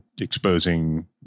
exposing